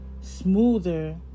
smoother